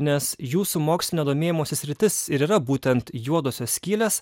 nes jūsų mokslinio domėjimosi sritis ir yra būtent juodosios skylės